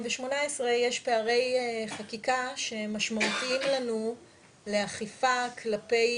יש פערי חקיקה שהם משמעותיים לנו לאכיפה כלפי